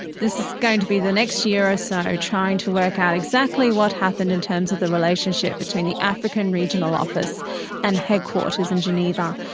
this is going to be the next year or ah so, trying to work out exactly what happened in terms of the relationship between the african regional office and headquarters in geneva.